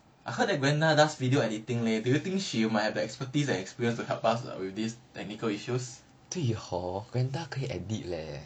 I heard that glenda does video editing leh do you think she might have the expertise and experience to help us with this technical issues